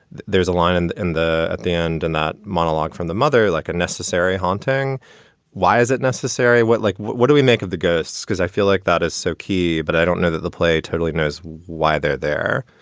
there's a line and in the at the end, and not monologue from the mother like a necessary haunting why is it necessary? what like what do we make of the ghosts? because i feel like that is so key. but i don't know that the play totally knows why they're there